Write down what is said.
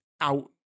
out